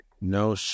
no